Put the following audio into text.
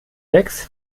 sechs